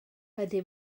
ydy